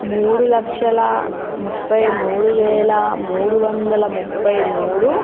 మూడు లక్షల ముప్పై మూడు వేల మూడు వందల ముప్పై మూడు